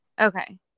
Okay